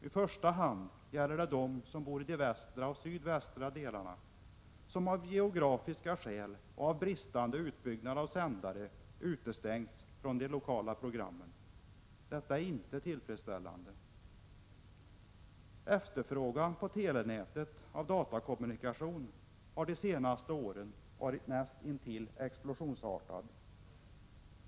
I första hand gäller detta dem som bor i de västra och sydvästra delarna, som av geografiska skäl och på grund av bristande utbyggnad av sändare utestängs från de lokala programmen. Detta är inte tillfredsställande. Efterfrågan av datakommunikation på telenätet har de senare åren vuxit näst intill explosionsartat.